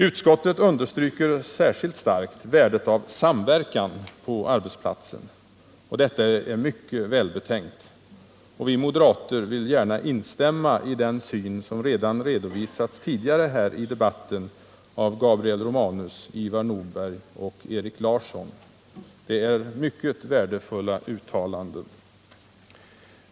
Utskottet understryker särskilt starkt värdet av samverkan på arbetsplatsen. Detta är mycket välbetänkt, och vi moderater vill gärna instämma i den syn som redan tidigare redovisats här i debatten av Gabriel Romanus, Ivar Nordberg och Erik Larsson. De har gjort mycket värdefulla uttalanden.